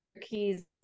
keys